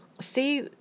See